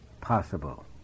possible